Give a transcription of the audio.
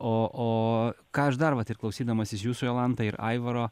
o o ką aš dar vat ir klausydamasis jūsų jolanta ir aivaro